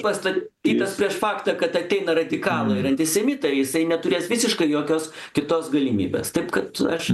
pasta ytas prieš faktą kad ateina radikalai ir antisemitai jisai neturės visiškai jokios kitos galimybės taip kad aš